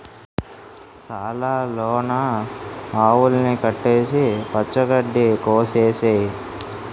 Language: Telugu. సాల లోన ఆవుల్ని కట్టేసి పచ్చ గడ్డి కోసె ఏసేయ్